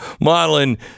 modeling